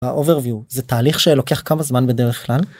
overview זה תהליך שלוקח כמה זמן בדרך כלל.